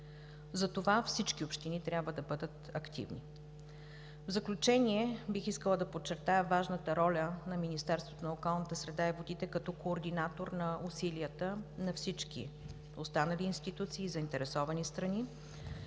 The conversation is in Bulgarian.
Затова всички общини трябва да бъдат активни. В заключение, бих искала да подчертая важната роля на Министерството на околната среда и водите като координатор на усилията на всички останали институции и заинтересовани страни.